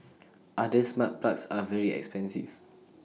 other smart plugs are very expensive